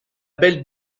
belle